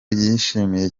yishimiye